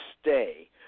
stay